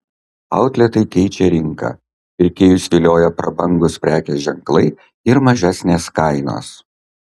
outletai keičia rinką pirkėjus vilioja prabangūs prekės ženklai ir mažesnės kainos